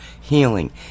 healing